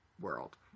world